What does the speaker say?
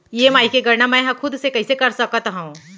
EMI के गड़ना मैं हा खुद से कइसे कर सकत हव?